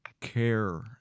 care